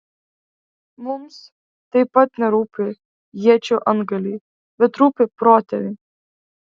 mums taip pat nerūpi iečių antgaliai bet rūpi protėviai